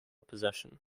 possession